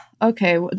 Okay